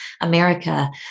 America